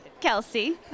Kelsey